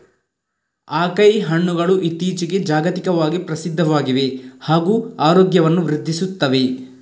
acai ಹಣ್ಣುಗಳು ಇತ್ತೀಚಿಗೆ ಜಾಗತಿಕವಾಗಿ ಪ್ರಸಿದ್ಧವಾಗಿವೆ ಹಾಗೂ ಆರೋಗ್ಯವನ್ನು ವೃದ್ಧಿಸುತ್ತವೆ